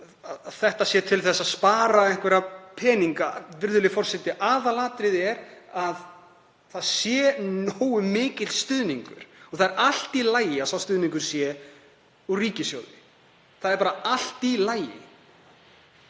og það sé til þess að spara einhverja peninga. Virðulegi forseti. Aðalatriðið er að það sé nógu mikill stuðningur. Og það er allt í lagi að sá stuðningur sé úr ríkissjóði. Það er bara allt í lagi.